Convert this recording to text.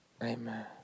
Amen